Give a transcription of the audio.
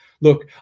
look